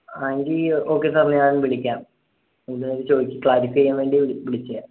ആ എങ്കിൽ okay sir ഞാൻ വിളിക്കാം എന്തെങ്കിലും ചോദിക്കാൻ ക്ലാരിഫൈ ചെയ്യാൻ വേണ്ടി വിളി വിളിക്കാം